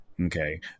Okay